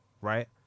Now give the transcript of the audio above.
right